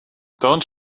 don’t